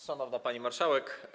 Szanowna Pani Marszałek!